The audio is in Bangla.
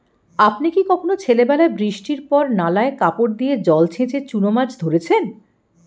আপনি কি কখনও ছেলেবেলায় বৃষ্টির পর নালায় কাপড় দিয়ে জল ছেঁচে চুনো মাছ ধরেছেন?